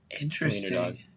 interesting